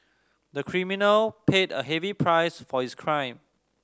the criminal paid a heavy price for his crime